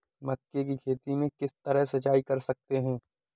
मक्के की खेती में किस तरह सिंचाई कर सकते हैं?